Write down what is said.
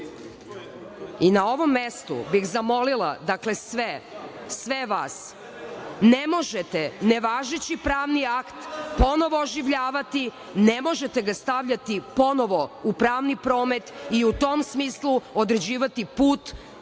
Na ovom mestu bih zamolila, dakle, sve, sve vas – ne možete nevažeći pravni akt ponovo oživljavati, ne možete ga staviti ponovo u pravni prometi i u tom smislu određivati put i